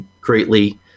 greatly